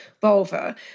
vulva